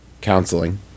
counseling